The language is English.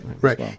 right